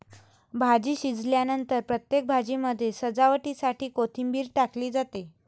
भाजी शिजल्यानंतर प्रत्येक भाजीमध्ये सजावटीसाठी कोथिंबीर टाकली जाते